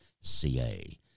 Ca